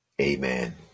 Amen